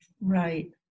Right